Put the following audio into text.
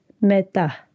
meta